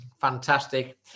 Fantastic